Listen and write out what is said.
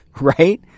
right